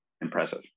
impressive